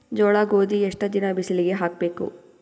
ಜೋಳ ಗೋಧಿ ಎಷ್ಟ ದಿನ ಬಿಸಿಲಿಗೆ ಹಾಕ್ಬೇಕು?